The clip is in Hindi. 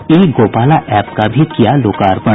ई गोपाला ऐप का भी किया लोकार्पण